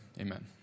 Amen